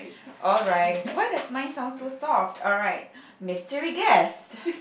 alright why does mine sound so soft alright mystery guess